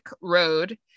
Road